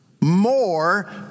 More